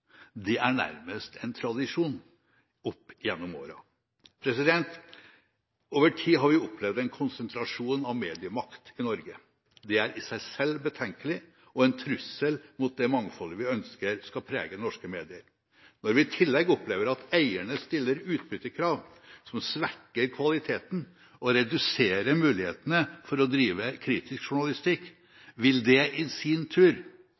Det har nærmest vært en tradisjon opp gjennom årene. Over tid har vi opplevd en konsentrasjon av mediemakt i Norge. Det er i seg selv betenkelig og en trussel mot det mangfoldet vi ønsker skal prege norske medier. Når vi i tillegg opplever at eierne stiller utbyttekrav, som svekker kvaliteten og reduserer mulighetene for å drive kritisk journalistikk, vil det i sin tur